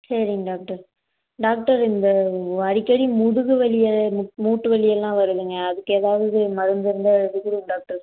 சரிங்க doctor doctor இந்த அடிக்கடி முதுகுவலி மூட்டுவலி எல்லாம் வருதுங்க அதுக்கு எதாவது மருந்து இருந்தால் எழுதி கொடுங்க டாக்டர்